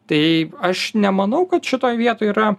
tai aš nemanau kad šitoj vietoj yra